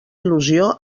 il·lusió